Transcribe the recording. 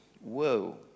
Whoa